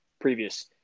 previous